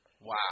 wow